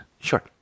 Sure